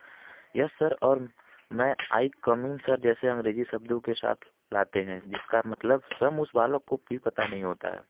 yes sir और may I coming sir जैसे अंग्रेजी शब्दों के साथ लाते हैं जिसका मतलब स्वयं उस बालक को भी पता नहीं होता है